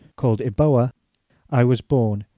called eboe, ah i was born,